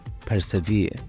persevere